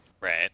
Right